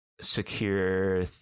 secure